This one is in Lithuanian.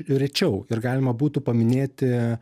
rečiau ir galima būtų paminėti